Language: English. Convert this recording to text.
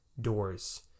doors